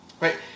right